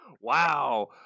Wow